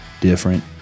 different